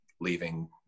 leaving